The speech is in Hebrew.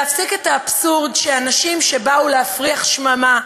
להפסיק את האבסורד שאנשים שבאו להפריח שממה,